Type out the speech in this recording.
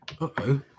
Uh-oh